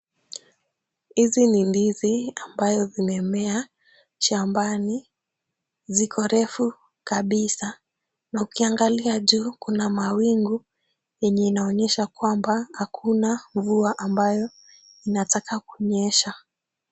Hizi ni ndizi ambayo zimemea shambani, ziko refu kabisa, na ukiangalia juu kuna mawingu, yenye inaonyesha kwamba hakuna mvua ambayo inataka kunyesha.